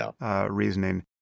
reasoning